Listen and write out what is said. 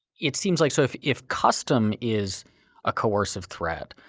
it seems like so if if custom is a coercive threat,